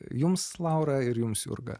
jums laura ir jums jurga